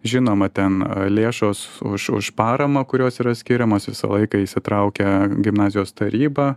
žinoma ten lėšos už už paramą kurios yra skiriamos visą laiką įsitraukia gimnazijos taryba